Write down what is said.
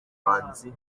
ubumanzi